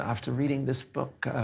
after reading this book,